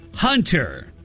Hunter